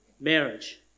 marriage